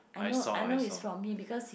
I know I know is from him because he